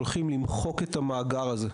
והולכים למחוק את המאגר הזה.